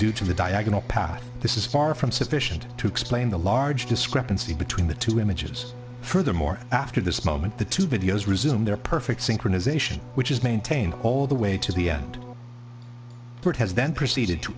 due to the diagonal path this is far from sufficient to explain the large discrepancy between the two images furthermore after this moment the two videos resume their perfect synchronization which is maintained all the way to the end but has then proceeded to